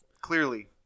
clearly